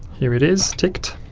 here it is, ticked,